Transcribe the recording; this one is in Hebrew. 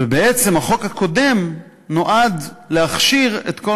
ובעצם החוק הקודם נועד להכשיר את כל